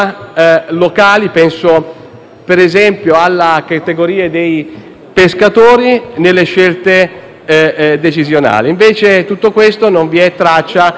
ad esempio la categoria dei pescatori, nelle scelte decisionali. Di tutto questo invece non vi è traccia all'interno del testo.